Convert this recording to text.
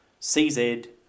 CZ